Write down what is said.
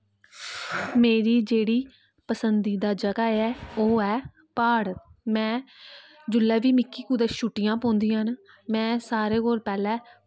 मेरी जेह्ड़ी पसंदीदा जगह ऐ ओह् ऐ प्हाड़ में जुल्लै बी मिकी कुतै छुट्टियां पौंदियां न में सारे कोल पैह्लें